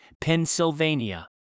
Pennsylvania